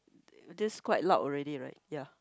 this quite loud already right ya